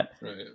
Right